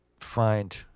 find